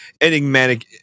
enigmatic